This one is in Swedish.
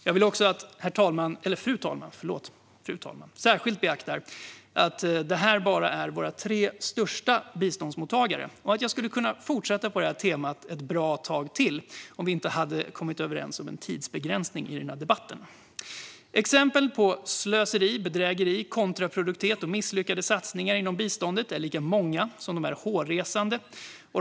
Jag vill också att vi särskilt beaktar att detta bara är våra tre största biståndsmottagare och att jag skulle kunna fortsätta på detta tema ett bra tag till om vi inte hade kommit överens om en tidsbegränsning i denna debatt. Exemplen på slöseri, bedrägeri, kontraproduktivitet och misslyckade satsningar inom biståndet är lika många som de är hårresande.